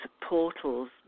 portals